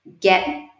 get